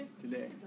today